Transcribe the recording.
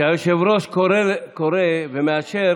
כשהיושב-ראש קורא ומאשר,